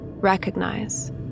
Recognize